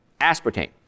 Aspartame